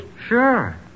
Sure